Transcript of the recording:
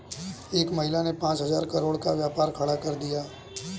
एक महिला ने पांच हजार करोड़ का व्यापार खड़ा कर दिया